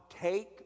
take